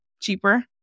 cheaper